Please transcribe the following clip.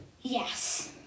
Yes